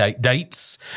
dates